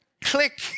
click